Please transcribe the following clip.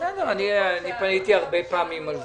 תהיתי הרבה פעמים על זה.